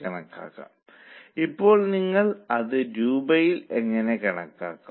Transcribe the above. വാമൊഴിയായും നിങ്ങൾക്ക് ഇത് ചെയ്യാൻ കഴിയും